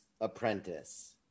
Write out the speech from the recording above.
Apprentice